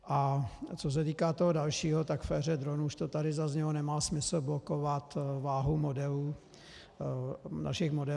A co se týká dalšího, tak v éře dronů, už to tady zaznělo, nemá smysl blokovat váhu modelů našich modelářů.